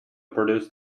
produce